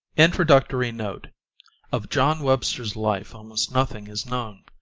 introductory note of john webster's life almost nothing is known.